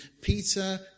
Peter